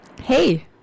hey